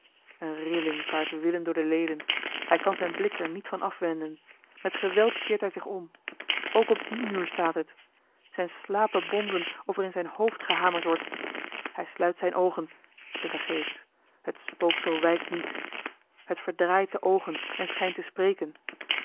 eene rilling vaart willem door de leden hij kan zijn blik er niet van afwenden met geweld keert hij zich om ook op dien muur staat het zijne slapen bonzen of er in zijn hoofd gehamerd wordt hij sluit zijne oogen tevergeefs het spooksel wijkt niet het verdraait de oogen en schijnt te spreken